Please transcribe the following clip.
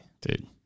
dude